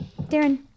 Darren